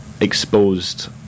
exposed